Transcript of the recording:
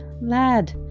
lad